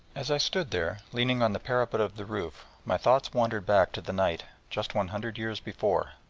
as i stood there, leaning on the parapet of the roof, my thoughts wandered back to the night, just one hundred years before,